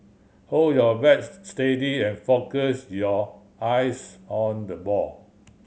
hold your bat steady and focus your eyes on the ball